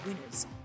winners